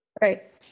Right